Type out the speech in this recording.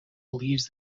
believes